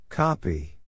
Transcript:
Copy